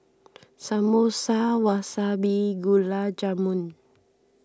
Samosa Wasabi Gulab Jamun